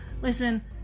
Listen